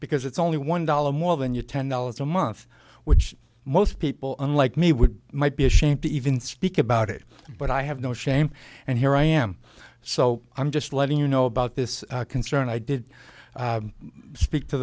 because it's only one dollar more than your ten dollars a month which most people unlike me would might be ashamed to even speak about it but i have no shame and here i am so i'm just letting you know about this concern i did speak to